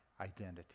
identity